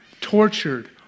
tortured